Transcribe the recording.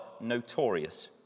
notorious